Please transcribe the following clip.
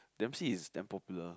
Dempsey is damn popular